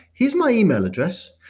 here's my email address.